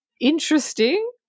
interesting